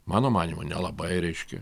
mano manymu nelabai reiškia